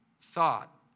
thought